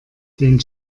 den